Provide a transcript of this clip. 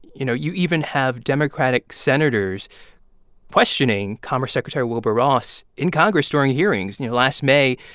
you know, you even have democratic senators questioning commerce secretary wilbur ross in congress during hearings you know, last may,